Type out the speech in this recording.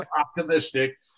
optimistic